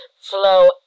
flow